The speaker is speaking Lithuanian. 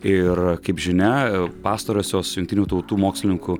ir kaip žinia pastarosios jungtinių tautų mokslininkų